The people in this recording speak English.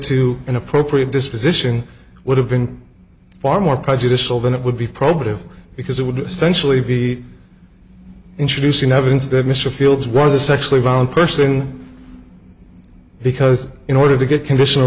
to an appropriate disposition would have been far more prejudicial than it would be probative because it would essentially be introducing evidence that mr fields was a sexually violent person because in order to get conditional